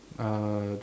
uh